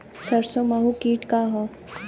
सरसो माहु किट का ह?